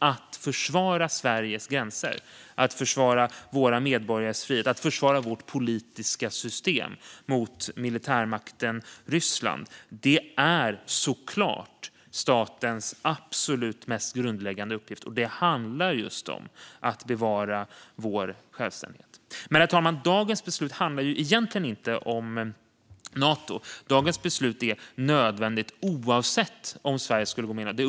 Att försvara Sveriges gränser, våra medborgares frihet och vårt politiska system mot militärmakten Ryssland är såklart statens allra mest grundläggande uppgift. Det handlar just om att bevara vår självständighet. Herr talman! Dagens beslut handlar egentligen inte om Nato. Dagens beslut är nödvändigt oavsett om Sverige går med i Nato eller inte.